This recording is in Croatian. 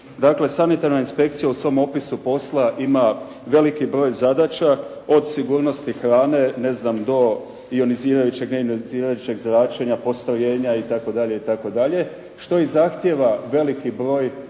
sanitarna inspekcija u svom opisu posla ima veliki broj zadaća, od sigurnosti hrane, ne znam do ionizirajućeg i neionizirajućeg zračenja, postrojenja itd., itd. što i zahtjeva veliki broj